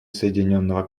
соединенного